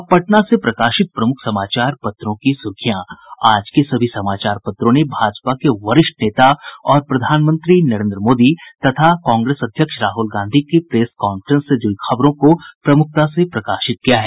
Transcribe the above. अब पटना से प्रकाशित प्रमुख समाचार पत्रों की सुर्खियां आज के सभी समाचार पत्रों ने भाजपा के वरिष्ठ नेता और प्रधानमंत्री नरेंद्र मोदी तथा कांग्रेस अध्यक्ष राहुल गांधी के प्रेस कांफ्रेंस से जुड़ी खबरों को प्रमुखता से प्रकाशित किया है